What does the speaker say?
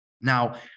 Now